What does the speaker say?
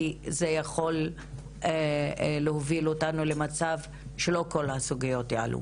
כי זה יכול להוביל אותנו למצב שלא כל הסוגיות יעלו.